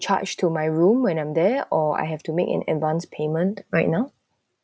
charged to my room when I'm there or I have to make an advance payment right now